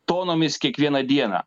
tonomis kiekvieną dieną